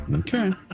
Okay